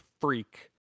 Freak